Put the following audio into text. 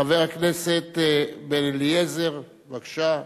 חבר הכנסת בן-אליעזר, בבקשה.